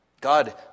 God